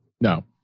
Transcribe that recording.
No